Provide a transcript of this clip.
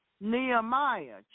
Nehemiah